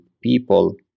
people